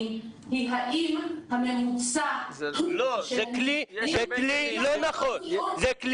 היא האם הממוצע --- זה כלי לא נכון.